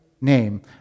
name